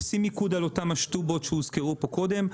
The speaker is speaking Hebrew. עושים מיקוד על אותן "משטובות" שהוזכרו פה קודם.